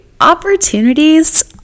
opportunities